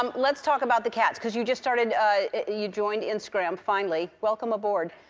um let's talk about the cats because you just started you joined instagram, finally. welcome aboard.